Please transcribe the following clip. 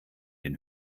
den